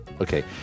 Okay